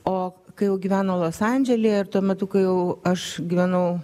o kai jau gyveno los andžely ir tuo metu kai jau aš gyvenau